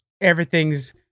everything's